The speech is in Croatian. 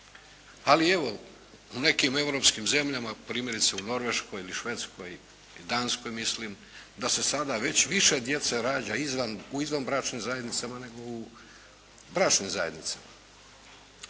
Ali evo, u nekim europskim zemljama primjerice u Norveškoj ili Švedskoj i Danskoj mislim, da se sada već više djece rađa u izvanbračnim zajednicama nego u bračnim zajednicama.